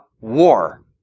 war